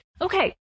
Okay